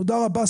תודה רבה,